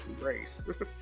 Race